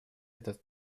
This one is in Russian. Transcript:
этот